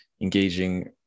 engaging